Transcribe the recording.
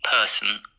person